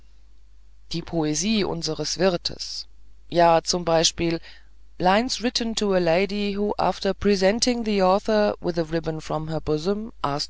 die poesie unseres wirtes ja zum beispiel lines written to a lady who after presenting the